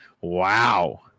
Wow